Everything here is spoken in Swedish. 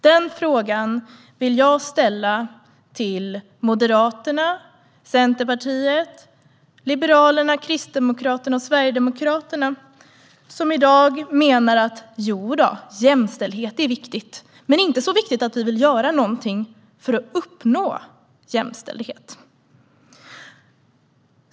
Den frågan vill jag ställa till Moderaterna, Centerpartiet, Liberalerna, Kristdemokraterna och Sverigedemokraterna. De menar i dag: Jodå, jämställdhet är viktigt. Men det är inte så viktigt att vi vill göra någonting för att uppnå jämställhet.